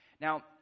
Now